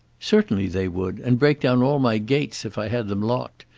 certainly they would and break down all my gates if i had them locked,